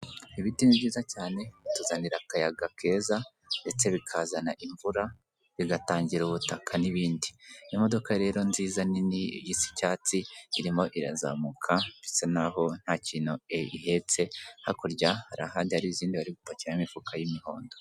Ibiti ni byiza cyane, bituzanira akayaga keza ndetse bikazana imvura, bigatangira ubutaka n'ibindi. Imodoka rero nziza nini isa icyatsi, irimo irazamuka ndetse isa nkaho nta kintu ihetse, hakurya hari ahandi hari izindi, bari gupakiramo imifuka y'imihondo.